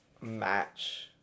match